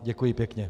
Děkuji pěkně.